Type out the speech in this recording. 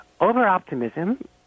over-optimism